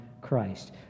Christ